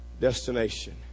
destination